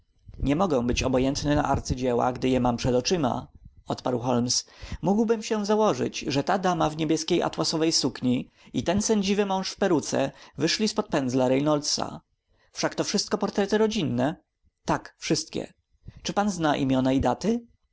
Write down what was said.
nie mogę być obojętny na arcydzieła gdy je mam przed oczyma odparł holmes mógłbym się założyć że ta dama w niebieskiej atłasowej sukni i ten sędziwy mąż w peruce wyszli z pod pędzla reynoldsa wszak to wszystko portrety rodzinne tak wszystkie czy pan zna imiona i daty